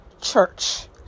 church